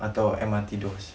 atau M_R_T doors